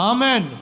Amen